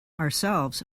ourselves